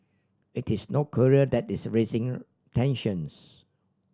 it is North Korea that is a raising tensions